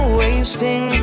wasting